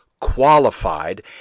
qualified